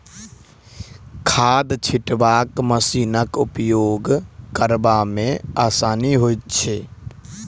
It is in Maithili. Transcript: खाद छिटबाक मशीनक उपयोग करबा मे आसानी होइत छै